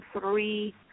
three